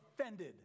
offended